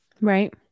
Right